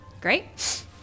Great